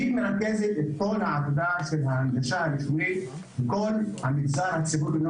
היא מרכזת את כל העבודה של ההנגשה הלשונית בכול המגזר הציבורי.